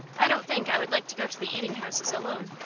i don't think i would like to go to the eating-houses alone.